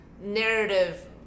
narrative